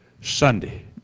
sunday